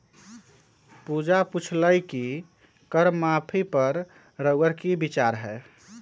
पूजा पुछलई कि कर माफी पर रउअर कि विचार हए